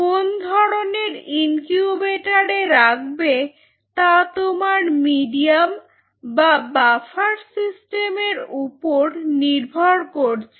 কোন ধরনের ইনকিউবেটরে রাখবে তা তোমার মিডিয়াম বা বাফার সিস্টেমের ওপর নির্ভর করছে